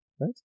Right